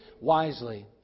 wisely